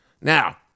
Now